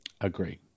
agree